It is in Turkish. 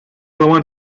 zaman